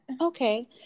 Okay